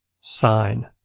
sign